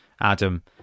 adam